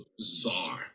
Czar